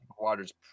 Water's